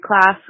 class